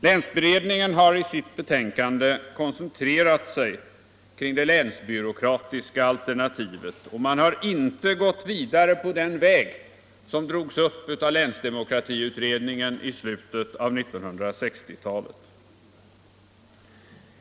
Länsberedningen har i sitt betänkande koncentrerat sig kring det länsbyråkratiska alternativet och inte gått vidare på den väg som drogs upp av länsdemokratiutredningen i slutet av 1960-talet.